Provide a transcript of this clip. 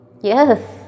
Yes